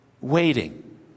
waiting